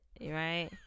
right